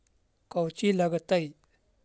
कौची लगतय?